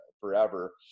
forever